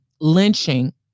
lynching